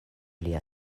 lia